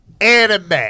anime